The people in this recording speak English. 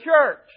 church